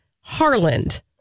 Harland